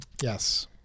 Yes